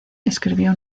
escribió